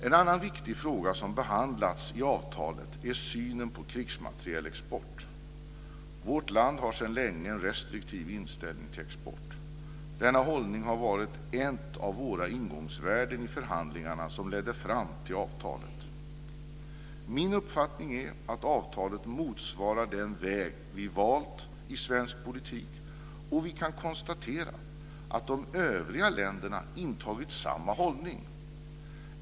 En annan viktig fråga som behandlas i avtalet är synen på krigsmaterielexport. Vårt land har sedan länge en restriktiv inställning till export. Denna hållning har varit ett av våra ingångsvärden i förhandlingarna som ledde fram till avtalet. Min uppfattning är att avtalet motsvarar den väg vi valt i svensk politik, och vi kan konstatera att de övriga länderna intagit samma hållning.